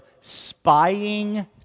spying